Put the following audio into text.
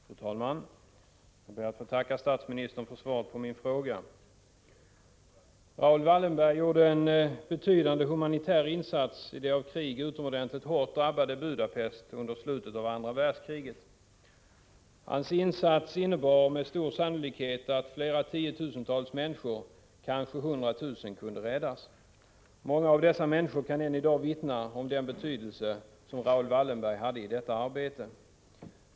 Fru talman! Jag ber att få tacka statsministern för svaret på min fråga. Raoul Wallenberg gjorde en betydande humanitär insats i det av krig utomordentligt hårt drabbade Budapest under slutet av andra världskriget. Hans insats innebar med stor sannolikhet att flera tiotusentals människor, kanske 100 000, kunde räddas. Många av dessa människor kan än i dag vittna om den betydelse som Raoul Wallenberg hade i detta arbete.